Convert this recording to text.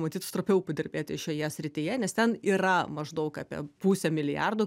matyt stropiau padirbėti šioje srityje nes ten yra maždaug apie pusę milijardo